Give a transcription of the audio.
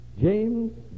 James